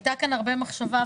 הייתה כאן הרבה מחשבה,